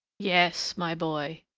yes, my boy,